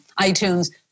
iTunes